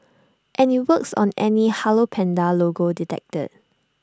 and IT works on any hello Panda logo detected